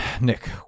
Nick